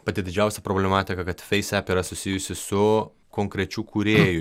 pati didžiausia problematika kad feis ep yra susijusi su konkrečiu kūrėju jos